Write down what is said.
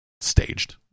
staged